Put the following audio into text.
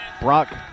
Brock